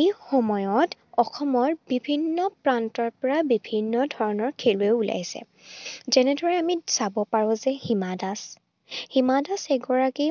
এই সময়ত অসমৰ বিভিন্ন প্ৰান্তৰ পৰা বিভিন্ন ধৰণৰ খেলুৱৈ ওলাইছে যেনেদৰে আমি চাব পাৰোঁ যে হীমা দাস হীমা দাস এগৰাকী